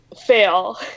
fail